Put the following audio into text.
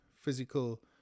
physical